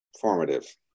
formative